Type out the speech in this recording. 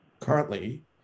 Currently